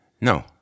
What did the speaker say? No